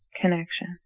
connection